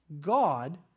God